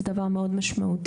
זה דבר מאוד משמעותי.